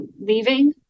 leaving